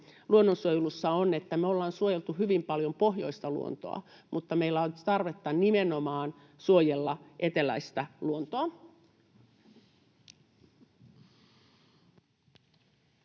luonnonsuojelussa on, että me ollaan suojeltu hyvin paljon pohjoista luontoa mutta meillä on tarvetta nimenomaan suojella eteläistä luontoa.